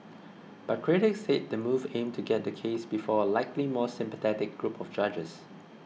but critics said the move aimed to get the case before a likely more sympathetic group of judges